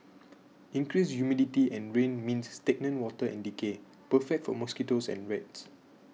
increased humidity and rain means stagnant water and decay perfect for mosquitoes and rats